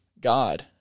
God